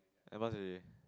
A plus already